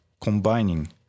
combining